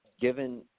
given